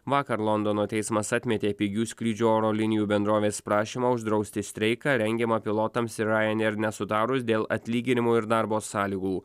vakar londono teismas atmetė pigių skrydžių oro linijų bendrovės prašymą uždrausti streiką rengiamą pilotams ir ryanair nesutarus dėl atlyginimų ir darbo sąlygų